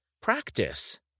practice